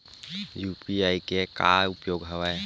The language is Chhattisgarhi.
यू.पी.आई के का उपयोग हवय?